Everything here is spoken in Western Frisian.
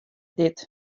dit